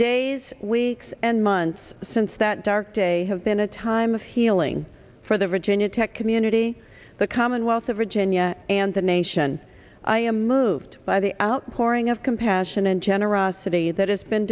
days weeks and months since that dark day have been a time of healing for the virginia tech community the commonwealth of virginia and the nation i am moved by the outpouring of compassion and generosity that has been